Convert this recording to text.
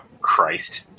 Christ